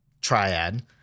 triad